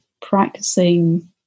practicing